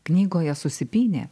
knygoje susipynė